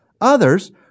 Others